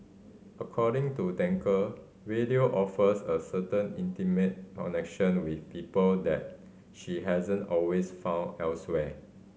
according to Danker radio offers a certain intimate connection with people that she hasn't always found elsewhere